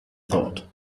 thought